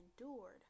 endured